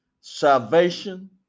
salvation